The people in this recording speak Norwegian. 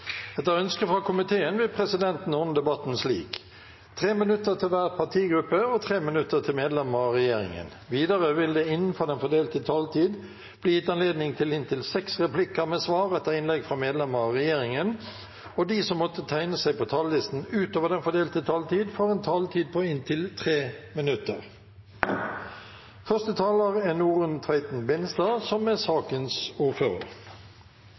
Etter ønske fra kommunal- og forvaltningskomiteen vil presidenten ordne debatten slik: 3 minutter til hver partigruppe og 3 minutter til medlemmer av regjeringen. Videre vil det – innenfor den fordelte taletid – bli gitt anledning til inntil seks replikker med svar etter innlegg fra medlemmer av regjeringen, og de som måtte tegne seg på talerlisten utover den fordelte taletid, får også en taletid på inntil 3 minutter.